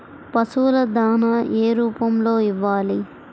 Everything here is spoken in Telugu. పశువుల దాణా ఏ రూపంలో ఇవ్వాలి?